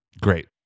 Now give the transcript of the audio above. Great